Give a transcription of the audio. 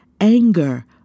Anger